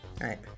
Right